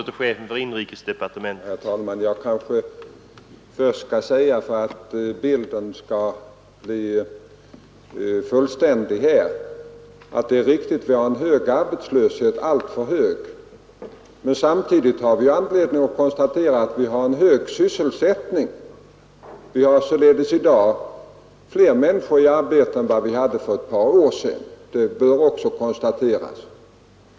Herr talman! Jag kanske först skall säga för att bilden skall bli fullständig att det är riktigt att vi har en alltför hög arbetslöshet men att vi samtidigt har anledning att konstatera att vi har en hög sysselsättning. Det är således i dag fler människor i arbete än det var för ett par år sedan.